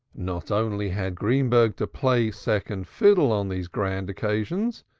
not only had greenberg to play second fiddle on these grand occasions,